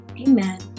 Amen